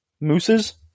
mooses